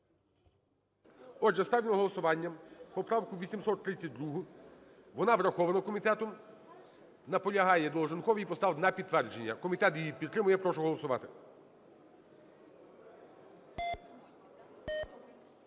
Отже, ставлю на голосування поправку 832. Вона врахована комітетом. Наполягає Долженков її поставити на підтвердження. Комітет її підтримує. Я прошу голосувати.